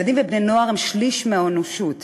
ילדים ובני-נוער הם שליש מהאנושות.